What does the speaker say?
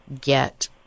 get